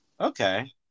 Okay